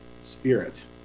Spirit